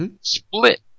split